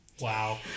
Wow